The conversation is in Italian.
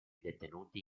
detenuti